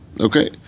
okay